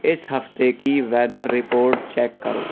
اس ہفتے کی weather report check کرو